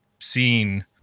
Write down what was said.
seen